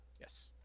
Yes